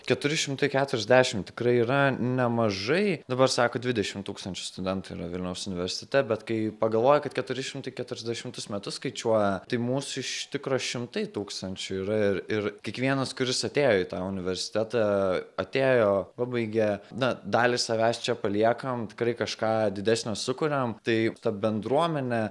keturi šimtai keturiasdešim tikrai yra nemažai dabar sako dvidešim tūkstančių studentų yra vilniaus universitete bet kai pagalvoji kad keturi šimtai keturiasdešimtus metus skaičiuoja tai mūsų iš tikro šimtai tūkstančių yra ir ir kiekvienas kuris atėjo į tą universitetą atėjo pabaigė na dalį savęs čia paliekam tikrai kažką didesnio sukuriam tai ta bendruomenė